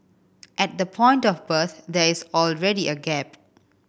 at the point of birth there is already a gap